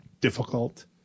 difficult